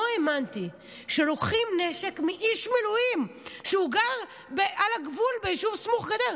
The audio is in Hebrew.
לא האמנתי שלוקחים נשק מאיש מילואים שגר על הגבול ביישוב סמוך גדר,